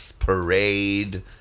Parade